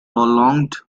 prolonged